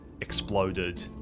exploded